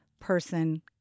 person